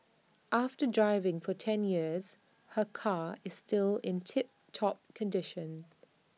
after driving for ten years her car is still in tip top condition